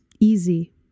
Easy